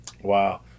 wow